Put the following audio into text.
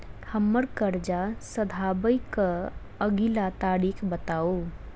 हम्मर कर्जा सधाबई केँ अगिला तारीख बताऊ?